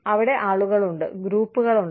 അവിടെ ആളുകളുണ്ട് ഗ്രൂപ്പുകളുണ്ട്